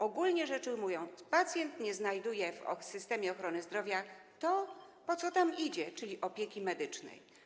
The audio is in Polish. Ogólnie rzecz ujmując, pacjent nie znajduje w systemie ochrony zdrowia tego, po co tam idzie, czyli opieki medycznej.